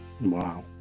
Wow